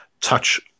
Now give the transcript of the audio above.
touch